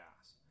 gas